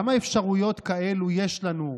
כמה אפשרויות כאלה יש לנו לבדוק,